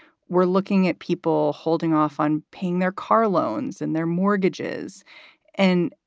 we're looking at people holding off on paying their car loans and their mortgages and.